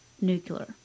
nuclear